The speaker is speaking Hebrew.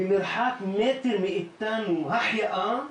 במרחק מטר מאתנו החייאה,